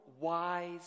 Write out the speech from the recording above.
wise